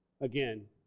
again